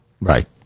Right